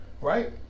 Right